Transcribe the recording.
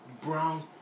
brown